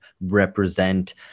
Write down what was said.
represent